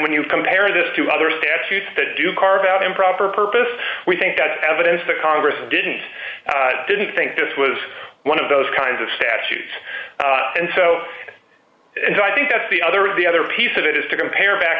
when you compare this to other statutes that do carve out improper purpose we think that the evidence the congress didn't didn't think this was one of those kinds of statutes and so and i think that's the other the other piece of it is to compare back